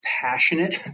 passionate